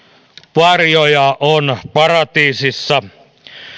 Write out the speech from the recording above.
varjoja on paratiisissa